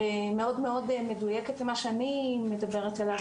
מאוד מדויקת למה שאני מדברת עליו,